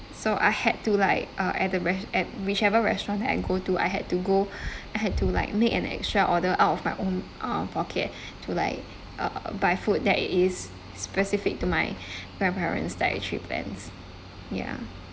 so I had to like uh at the res~ at whichever restaurant that I go to I had to go I had to like make an extra order out of my own um pocket to like um buy food that is specific to my grandparents' dietary plans ya